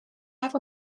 have